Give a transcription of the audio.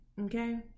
Okay